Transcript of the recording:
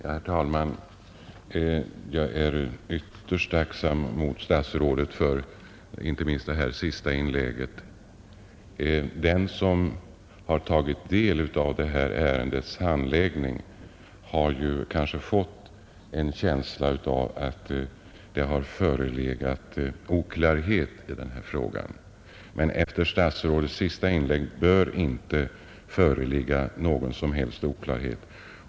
Herr talman! Jag är ytterst tacksam mot statsrådet, inte minst för hans senaste inlägg. Den som har tagit del av detta ärendes handläggning har kanske fått en känsla av att det har förelegat oklarhet i denna fråga. Men efter statsrådets senaste inlägg bör det inte föreligga någon som helst tveksamhet.